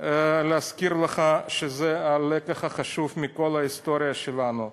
להזכיר לך שזה הלקח החשוב מכל ההיסטוריה שלנו,